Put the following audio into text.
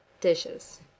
dishes